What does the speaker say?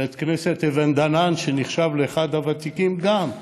בית כנסת אבן דנאן, שנחשב לאחד הוותיקים, גם,